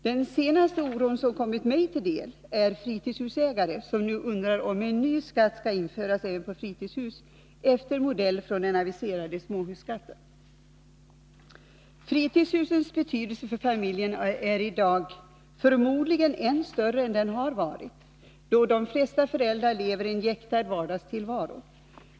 Den senaste oro som kommit mig till del är den som framförts av fritidshusägare, som nu undrar om en ny skatt skall införas även på fritidshus efter modell från den aviserade småhusskatten. Fritidshusens betydelse för familjerna är i dag förmodligen än större än den har varit, då de flesta föräldrar lever i en jäktad vardagstillvaro.